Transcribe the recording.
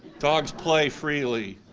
dogs play freely,